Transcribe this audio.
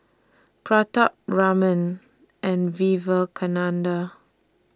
Pratap Raman and Vivekananda